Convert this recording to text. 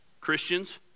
Christians